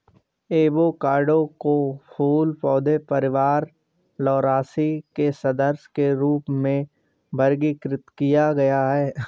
avocado को फूल पौधे परिवार लौरासी के सदस्य के रूप में वर्गीकृत किया गया है